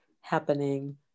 happening